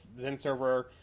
ZenServer